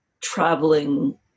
traveling